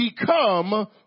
become